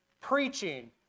preaching